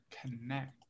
Connect